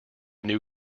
new